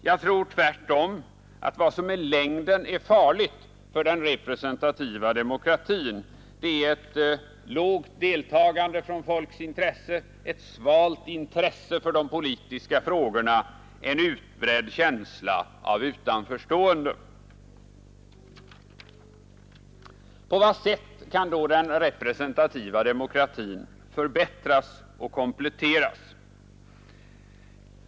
Jag tror tvärtom att vad som i längden är farligt för den representativa demokratin är ett lågt deltagande från folkets sida, ett svalt intresse för de politiska frågorna och en utbredd känsla av utanförstående. På vad sätt kan då den representativa demokratin förbättras och kompletteras?